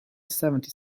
seventy